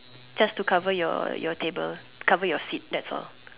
just to cover your your table cover your seat that's all